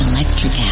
Electric